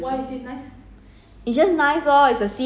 but it's very nice you got try before